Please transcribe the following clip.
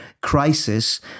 crisis